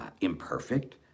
Imperfect